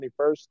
21st